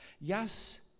Yes